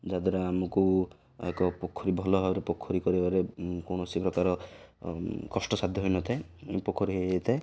ଯାହାଦ୍ୱାରା ଆମକୁ ଏକ ପୋଖରୀ ଭଲ ଭାବରେ ପୋଖରୀ କରିବାରେ କୌଣସି ପ୍ରକାର କଷ୍ଟସଧ୍ୟ ହୋଇନଥାଏ ପୋଖରୀ ହେଇଯାଇଥାଏ